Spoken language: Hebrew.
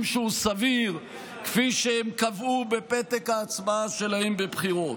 שהוא סביר כפי שהם קבעו בפתק ההצבעה שלהם בבחירות.